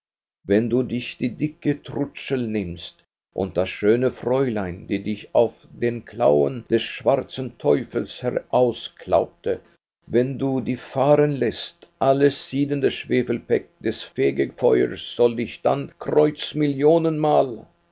wenn du die dicke trutschel nimmst und das schöne fräulein die dich aus den klauen des schwarzen teufels herausklaubte wenn du die fahren läßt alles siedende schwefelpech des fegefeuers soll dich dann